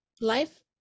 life